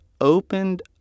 opened